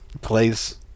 plays